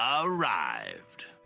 arrived